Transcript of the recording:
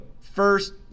first